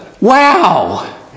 Wow